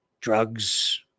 drugs